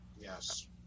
Yes